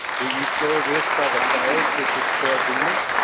will you swear this by the fires which expel demons?